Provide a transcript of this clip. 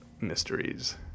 mysteries